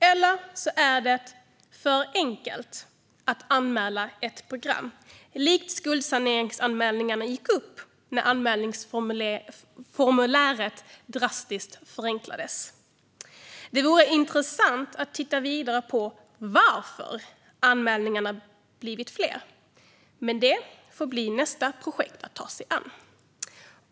Eller så är det för enkelt att anmäla ett program, likt skuldsaneringsansökningarna som gick upp när ansökningsformuläret drastiskt förenklades. Det vore intressant att titta vidare på varför anmälningarna blivit fler, men det får bli nästa projekt att ta sig an.